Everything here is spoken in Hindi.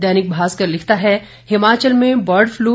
दैनिक भास्कर लिखता है हिमाचल में बर्ड फ़लू